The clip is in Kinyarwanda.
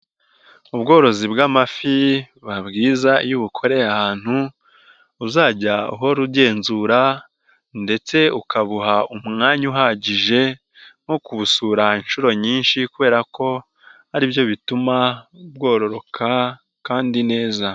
Ubworozi bw'amafi, buba bwiza iyo ubukoreye ahantu uzajya uhora ugenzura ndetse ukabuha umwanya uhagije, wo kuwusura inshuro nyinshi kubera ko aribyo bituma bworoka kandi neza.